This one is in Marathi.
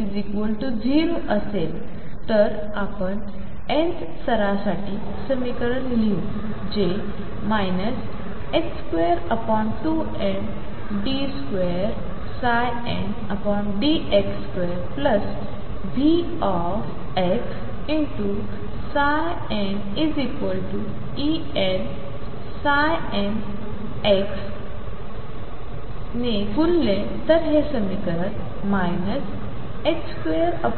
असेल तर आपण nth स्तरासाठी समीकरण लिहू जे 22md2ndx2VxnEnn m ने गुणले तर हे समीकरण 22m ∞md2ndx2dx